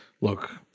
look